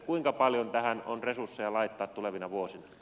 kuinka paljon tähän on resursseja laittaa tulevina vuosina